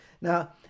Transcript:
now